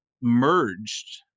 merged